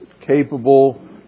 capable